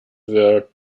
word